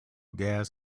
gas